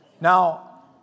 Now